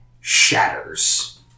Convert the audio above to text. shatters